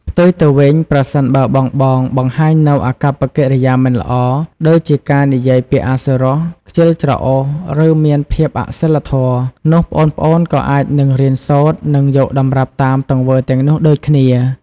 ផ្ទុយទៅវិញ ប្រសិនបើបងៗបង្ហាញនូវអាកប្បកិរិយាមិនល្អ ដូចជាការនិយាយពាក្យអសុរោះ ខ្ជិលច្រអូស ឬមានភាពអសីលធម៌ នោះប្អូនៗក៏អាចនឹងរៀនសូត្រ និងយកតម្រាប់តាមទង្វើទាំងនោះដូចគ្នា ។